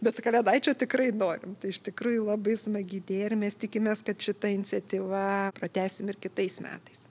bet kalėdaičio tikrai norim tai iš tikrųjų labai smagi idėja ir mes tikimės kad šita iniciatyva pratęsim ir kitais metais